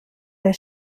der